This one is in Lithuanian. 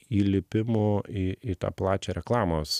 įlipimu į į tą plačią reklamos